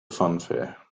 funfair